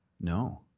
no